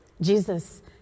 Jesus